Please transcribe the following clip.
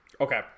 Okay